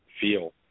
feel